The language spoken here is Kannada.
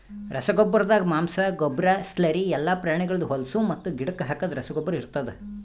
ರಸಗೊಬ್ಬರ್ದಾಗ ಮಾಂಸ, ಗೊಬ್ಬರ, ಸ್ಲರಿ ಎಲ್ಲಾ ಪ್ರಾಣಿಗಳ್ದ್ ಹೊಲುಸು ಮತ್ತು ಗಿಡಕ್ ಹಾಕದ್ ರಸಗೊಬ್ಬರ ಇರ್ತಾದ್